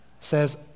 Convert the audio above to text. says